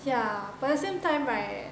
ya but the same time right